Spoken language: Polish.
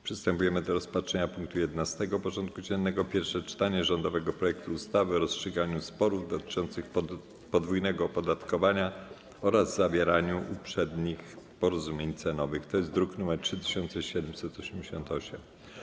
Przystępujemy do rozpatrzenia punktu 11. porządku dziennego: Pierwsze czytanie rządowego projektu ustawy o rozstrzyganiu sporów dotyczących podwójnego opodatkowania oraz zawieraniu uprzednich porozumień cenowych (druk nr 3788)